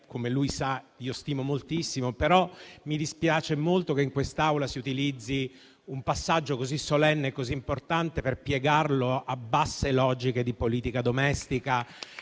come lui sa - io stimo moltissimo, ma mi dispiace molto che in quest'Aula si utilizzi un passaggio così solenne e importante per piegarlo a basse logiche di politica domestica.